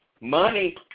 Money